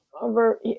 Over